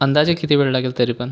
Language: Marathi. अंदाजे किती वेळ लागेल तरी पण